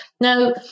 Now